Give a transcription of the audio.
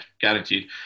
guaranteed